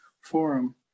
Forum